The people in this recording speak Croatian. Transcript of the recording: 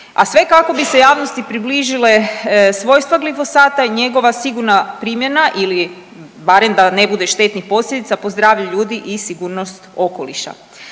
a sve kako bi se javnosti približile svojstva glifosata i njegova sigurna primjena ili barem da ne bude štetnih posljedica po zdravlje ljudi i sigurnost okoliša.